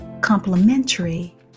complementary